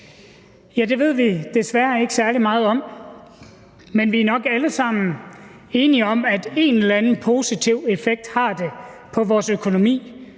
Ja, det ved vi desværre ikke særlig meget om, men vi er nok alle sammen enige om, at det har en eller anden positiv effekt på vores økonomi,